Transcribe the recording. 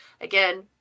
again